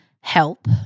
help